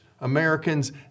Americans